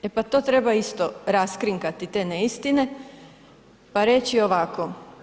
E pa to treba isto raskrinkati te neistine pa reći ovako.